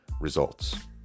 results